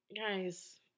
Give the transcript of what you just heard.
Guys